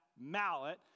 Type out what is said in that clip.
mallet